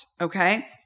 Okay